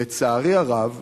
"לצערי הרב,